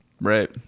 Right